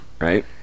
right